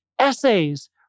essays